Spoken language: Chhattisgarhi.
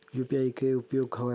यू.पी.आई के का उपयोग हवय?